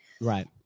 Right